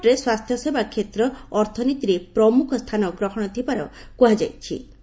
ରିପୋର୍ଟରେ ସ୍ୱାସ୍ଥ୍ୟସେବା କ୍ଷେତ୍ର ଅର୍ଥନୀତିରେ ପ୍ରମୁଖ ସ୍ଥାନ ଗ୍ରହଣ କରିଥିବାର କୁହାଯାଇଛି